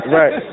right